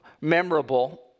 memorable